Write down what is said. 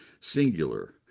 singular